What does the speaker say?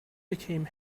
became